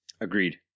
Agreed